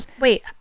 wait